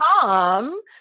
Tom